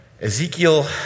Ezekiel